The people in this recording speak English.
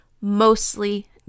Mostly